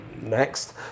next